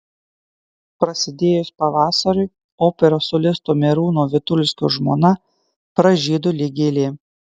prasidėjus pavasariui operos solisto merūno vitulskio žmona pražydo lyg gėlė